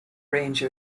range